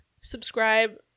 subscribe